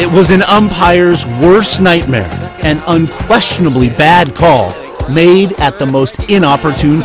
it was an umpire's worst nightmare and unquestionably bad call made at the most inopportune